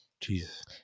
Jesus